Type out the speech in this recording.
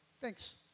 Thanks